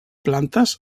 plantes